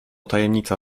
tajemnica